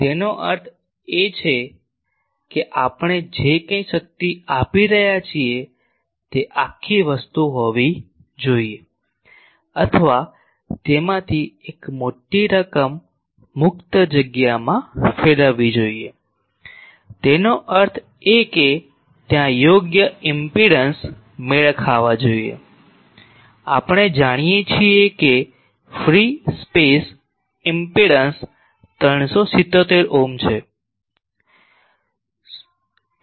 તેનો અર્થ એ કે આપણે જે કંઇ શક્તિ આપી રહ્યા છીએ તે આખી વસ્તુ હોવી જોઈએ અથવા તેમાંથી એક મોટી રકમ મુક્ત જગ્યામાં ફેરવવી જોઈએ તેનો અર્થ એ કે ત્યાં યોગ્ય ઈમ્પેડંસ મેળ ખાવા જોઈએ આપણે જાણીએ છીએ કે ફ્રી સ્પેસ ઈમ્પેડંસ 377 ઓહ્મ છે